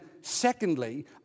secondly